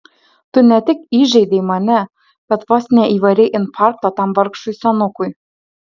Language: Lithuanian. tu ne tik įžeidei mane bet vos neįvarei infarkto tam vargšui senukui